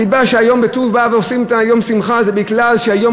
הסיבה שבט"ו באב עושים את יום השמחה היא מפני שביום